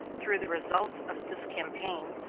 through the results of this campaign,